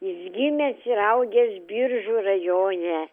jis gimęs ir augęs biržų rajone